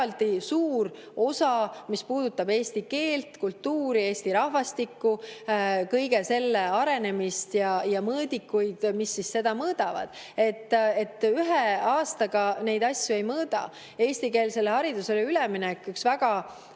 suur osa, mis puudutab eesti keelt, kultuuri, Eesti rahvastikku, kõige selle arenemist, ja mõõdikuid, mis seda mõõdavad. Ühe aastaga neid asju ei mõõda. Eestikeelsele haridusele üleminek on üks väga